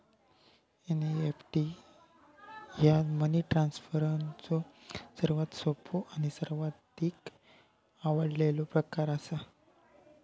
NEFT ह्या money ट्रान्सफरचो सर्वात सोपो आणि सर्वाधिक आवडलेलो प्रकार असा